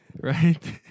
Right